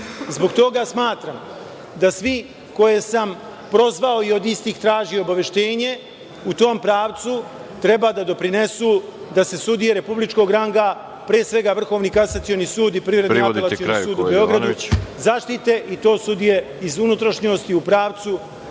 toga smatram da svi koje sam prozvao i od istih tražio obaveštenje u tom pravcu treba da doprinesu da se sudije republičkog ranga, pre svega, Vrhovni kasacioni sud i Privredni apelacioni sud u Beogradu zaštite i to sudije iz unutrašnjosti u pravcu